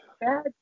bad